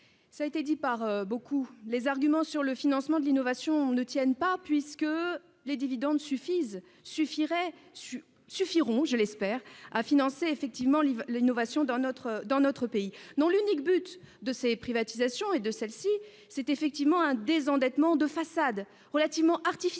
l'ont dit, les arguments sur le financement de l'innovation ne tiennent pas, puisque les dividendes suffiraient, suffiront, je l'espère, à financer l'innovation dans notre pays. Non, l'unique but de ces privatisations, et de celle-là, c'est effectivement un désendettement de façade relativement artificiel